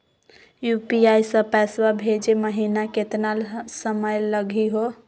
UPI स पैसवा भेजै महिना केतना समय लगही हो?